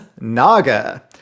Naga